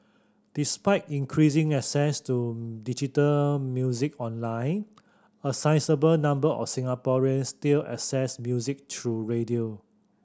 despite increasing access to digital music online a sizeable number of Singaporeans still access music through radio